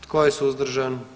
Tko je suzdržan?